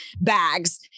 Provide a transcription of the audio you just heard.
bags